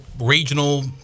regional